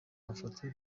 mafoto